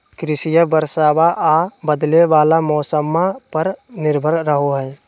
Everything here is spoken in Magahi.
कृषिया बरसाबा आ बदले वाला मौसम्मा पर निर्भर रहो हई